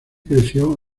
creció